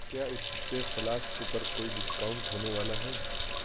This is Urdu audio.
کیا اس ہفتے فلاسک پر کوئی ڈسکاؤنٹ ہونے والا ہے